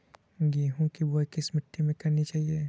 गेहूँ की बुवाई किस मिट्टी में करनी चाहिए?